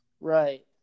Right